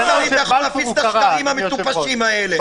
למה תמיד להפיץ את השקרים המטופשים האלה?